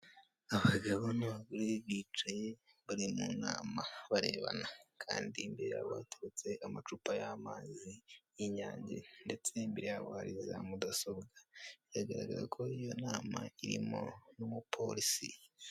Abagabo n'abagore bicaye bari mu nama barebana kandi imbere bateretse amacupa y'amazi y'inyange ndetse imbere yabo hari za mudasobwa biragaragara ko iyo nama irimo n'umupolisi.